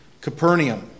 Capernaum